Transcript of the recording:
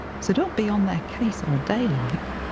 so don't be on their case all day, like'.